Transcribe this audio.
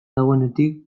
dagoenetik